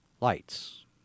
lights